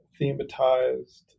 thematized